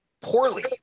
poorly